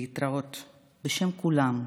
להתראות בשם כולם,